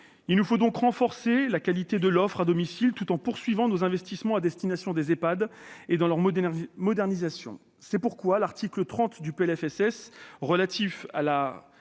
Il nous faut donc renforcer la qualité de l'offre à domicile tout en poursuivant nos investissements à destination des Ehpad et de leur modernisation. L'article 30 du PLFSS, relatif à la